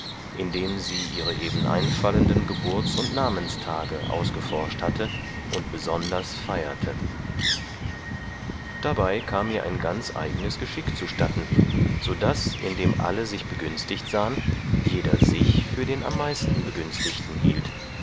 indem sie ihre eben einfallenden geburts und namenstage ausgeforscht hatte und besonders feierte dabei kam ihr ein ganz eignes geschick zustatten so daß indem alle sich begünstigt sahen jeder sich für den am meisten begünstigten hielt